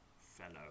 fellow